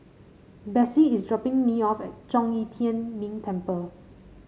Bessie is dropping me off at Zhong Yi Tian Ming Temple